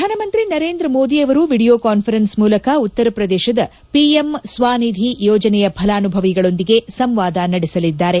ಪ್ರಧಾನಮಂತ್ರಿ ನರೇಂದ್ರ ಮೋದಿ ಅವರು video conference ಮೂಲಕ ಉತ್ತರಪ್ರದೇಶದ ಪಿಎಂ ಸ್ವನಿಧಿ ಯೋಜನೆಯ ಫಲಾನುಭವಿಗಳೊಂದಿಗೆ ಸಂವಾದ ನಡೆಸಲಿದ್ದಾರೆ